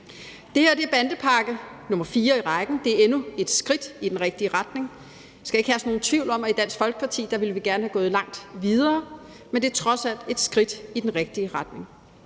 Det her er bandepakke nr. 4 i rækken. Det er endnu et skridt i den rigtige retning, og der skal ikke herske nogen tvivl om, at i Dansk Folkeparti ville vi gerne være gået langt videre. Men det er trods alt et skridt i den rigtige retning.